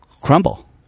crumble